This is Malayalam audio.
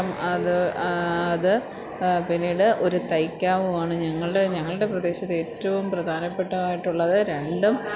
അത് അത് പിന്നീട് ഒരു തൈക്കാവുവാണ് ഞങ്ങളുടെ ഞങ്ങളുടെ പ്രദേശത്തേറ്റവും പ്രധാനപ്പെട്ടതായിട്ടുള്ളത് രണ്ടും